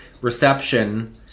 reception